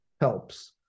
helps